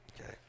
Okay